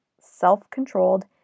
Self-Controlled